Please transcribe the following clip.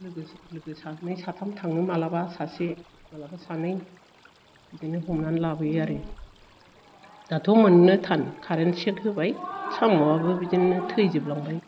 लोगो सानै साथाम थाङो मालाबा सासे मालाबा सानै बिदिनो हमनानै लाबोयो आरो दाथ' मोननो थान कारेन सेक होबाय साम'आबो बेजोंनो थैजोब लांबाय